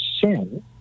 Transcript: sin